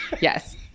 Yes